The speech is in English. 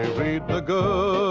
read the good